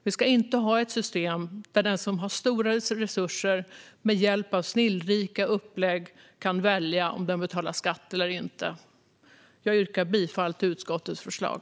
Vi ska inte ha ett system där den som har stora resurser med hjälp av snillrika upplägg kan välja att betala skatt eller inte. Jag yrkar bifall till utskottets förslag.